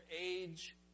age